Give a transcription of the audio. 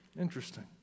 Interesting